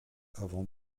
avant